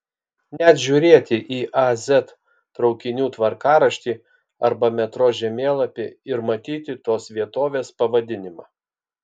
net žiūrėti į a z traukinių tvarkaraštį arba metro žemėlapį ir matyti tos vietovės pavadinimą